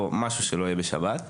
או משהו שלא יהיה בשבת,